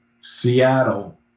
Seattle